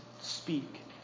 speak